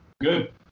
Good